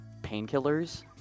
painkillers